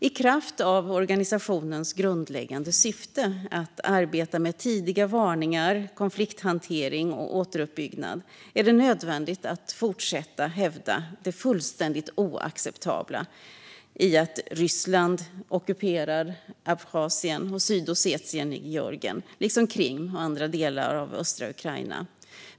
I kraft av organisationens grundläggande syfte, att arbeta med tidiga varningar, konflikthantering och återuppbyggnad, är det nödvändigt att fortsätta att hävda det fullständigt oacceptabla i att Ryssland ockuperar Abchazien och Sydossetien i Georgien, likaså Krim och andra delar av östra Ukraina.